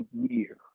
year